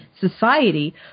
society